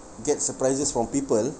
get surprises from people